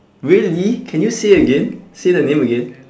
really can you say again say the name again